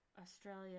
Australia